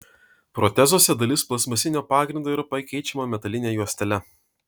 protezuose dalis plastmasinio pagrindo yra pakeičiama metaline juostele